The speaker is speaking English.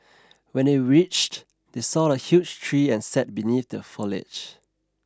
when they reached they saw a huge tree and sat beneath the foliage